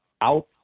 out